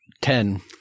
Ten